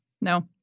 No